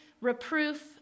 reproof